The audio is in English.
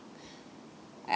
I